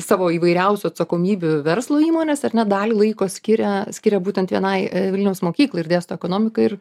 savo įvairiausių atsakomybių verslo įmonės ar ne dalį laiko skiria skiria būtent vienai vilniaus mokyklų ir dėsto ekonomiką ir